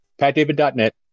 Patdavid.net